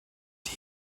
die